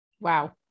Wow